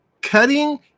cutting